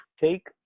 Take